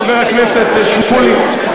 חבר הכנסת שמולי?